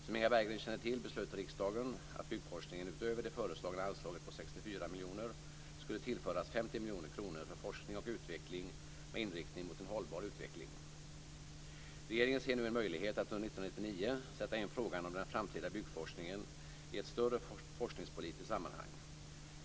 Som Inga Berggren känner till beslöt riksdagen att byggforskningen utöver det föreslagna anslaget på 64 miljoner kronor skulle tillföras 50 miljoner kronor för forskning och utveckling med inriktning mot en hållbar utveckling. Regeringen ser nu en möjlighet att under 1999 sätta in frågan om den framtida byggforskningen i ett större forskningspolitiskt sammanhang.